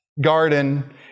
garden